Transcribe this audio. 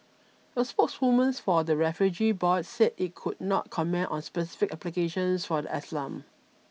a spokeswoman for the refugee board said it could not comment on specific applications for the a slum